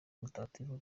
mutagatifu